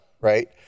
right